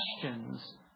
questions